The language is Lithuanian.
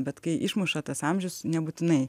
bet kai išmuša tas amžius nebūtinai